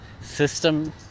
system